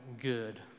good